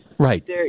Right